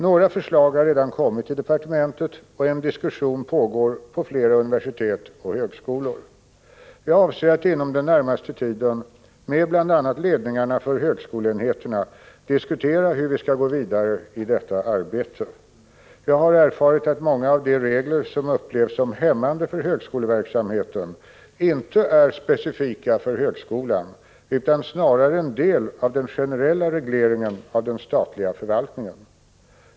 Några förslag har redan kommit till departementet, och en diskussion pågår på flera universitet och högskolor. Jag avser att inom den närmaste tiden med bl.a. ledningarna för högskoleenheterna diskutera hur vi skall gå vidare i detta arbete. Jag har erfarit att många av de regler som upplevs som hämmande för högskoleverksamheten inte är specifika för högskolan utan snarare en del av den generella regleringen av den statliga förvaltningen.